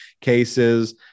cases